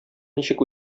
ничек